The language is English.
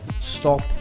Stop